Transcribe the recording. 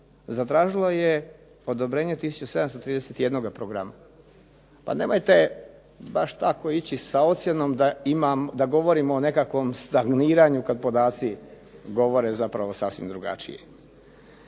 zatražilo je tisuću 731 programa. Pa nemojte baš tako ići sa ocjenom da govorimo o nekakvom stagniranju kada podaci govore sasvim drugačije.